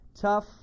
tough